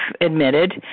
admitted